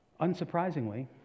unsurprisingly